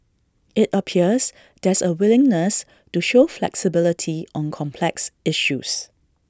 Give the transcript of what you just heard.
IT appears there's A willingness to show flexibility on complex issues